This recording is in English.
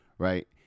Right